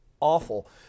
awful